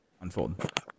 unfold